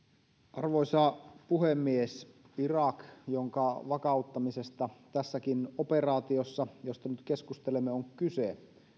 arvoisa puhemies irak jonka vakauttamisesta tässäkin operaatiossa josta nyt keskustelemme on kyse